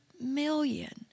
million